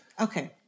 okay